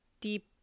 deep